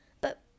But